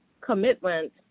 commitment